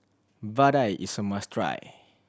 Vadai is a must try